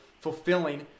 fulfilling